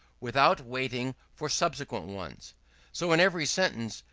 without waiting for subsequent ones so in every sentence,